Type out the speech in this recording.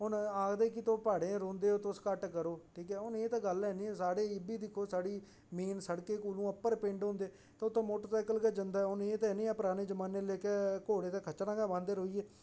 हून आखदे कि तुस प्हाड़ें च रौहंदे ओ तुस घट्ट करो एह् ते गल्ल है नी साढ़े इब्भी दिक्खो साढ़ी शड़कें कोला उप्पर पिंड होंदे तुस ते मोटरसाइकल गै जंदा ऐ हून एह् ते नेईं ऐ कि पराने जमाने आहले लेखा घोड़े ते खच्चरां गै बांह्दे रेहिये